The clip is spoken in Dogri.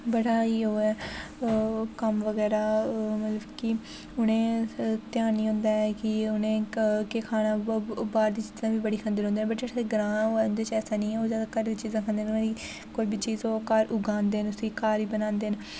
बड़ा ई ओह् ऐ कम्म बगैरा ओह् मतलब कि उ'नें ध्यान निं होंदा ऐ कि उ'नें केह् खाना बाह्र दियां चीज़ां बी बड़ी खंदे रौह्ंदे न वट् जि'त्थें ग्रांऽ होऐ ते ओह्दे च ऐसा निं ऐ ओह जादा घरै दी चीज़ां खंदे न मतलब कोई बी चीज़ होऐ घर उगांदे न उसी घर ई बनांदे न